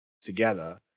together